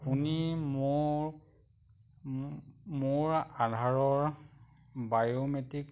আপুনি মোক মোৰ আধাৰৰ বায়োমেট্ৰিক